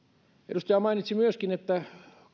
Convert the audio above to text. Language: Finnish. edustaja mainitsi myöskin